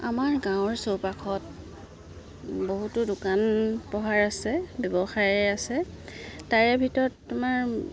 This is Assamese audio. আমাৰ গাঁৱৰ চৌপাশত বহুতো দোকান পোহাৰ আছে ব্যৱসায়ে আছে তাৰে ভিতৰত তোমাৰ